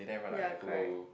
ya correct